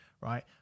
right